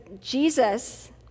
Jesus